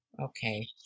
Okay